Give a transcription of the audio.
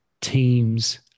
teams